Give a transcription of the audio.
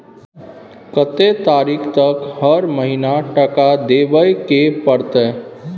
कत्ते तारीख तक हर महीना टका देबै के परतै?